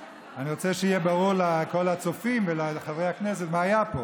אני רוצה שיהיה ברור לכל הצופים ולחברי הכנסת מה היה פה.